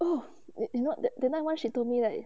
oh you know that that time once she told me like